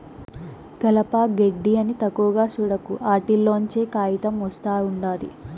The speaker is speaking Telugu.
కలప, గెడ్డి అని తక్కువగా సూడకు, ఆటిల్లోంచే కాయితం ఒస్తా ఉండాది